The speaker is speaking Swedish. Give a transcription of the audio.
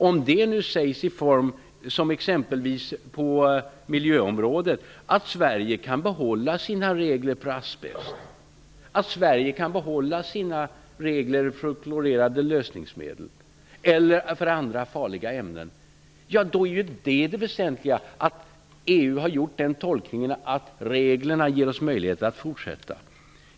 Om det nu på miljöområdet sägs att Sverige kan behålla sina regler för asbest, för klorerade lösningsmedel eller för andra farliga ämnen, är ju det väsentliga att EU har gjort den tolkningen att reglerna ger oss möjligheter att fortsätta.